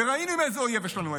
וראינו עם איזה אויב יש לנו עסק,